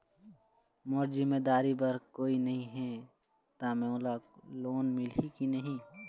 मोर जिम्मेदारी बर कोई नहीं हे त मोला लोन मिलही की नहीं?